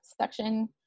section